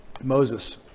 Moses